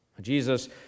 Jesus